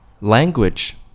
Language